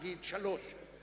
נגיד בשעה 15:00,